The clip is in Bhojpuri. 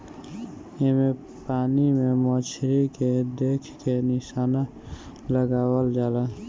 एमे पानी में मछरी के देख के निशाना लगावल जाला